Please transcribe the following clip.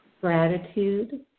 gratitude